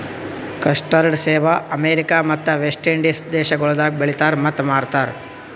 custard ಸೇಬ America ಮತ್ತ West Indies ದೇಶಗೊಳ್ದಾಗ್ ಬೆಳಿತಾರ್ ಮತ್ತ ಮಾರ್ತಾರ್